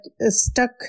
stuck